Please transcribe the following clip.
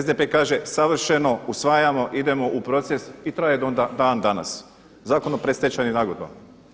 SDP kaže savršeno, usvajamo, idemo u proces i traje do dan danas, Zakon o predstečajnim nagodbama.